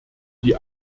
die